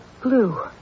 blue